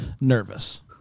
nervous